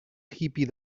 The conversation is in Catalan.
hippy